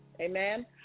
amen